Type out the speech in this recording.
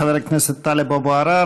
חבר הכנסת טלב אבו עראר,